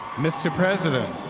mr. president,